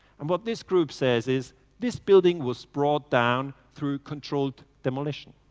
and what this group says is this building was brought down through controlled demolition.